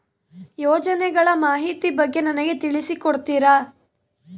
ಯೋಜನೆಗಳ ಮಾಹಿತಿ ಬಗ್ಗೆ ನನಗೆ ತಿಳಿಸಿ ಕೊಡ್ತೇರಾ?